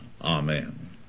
Amen